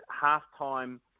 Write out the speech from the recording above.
half-time